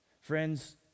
Friends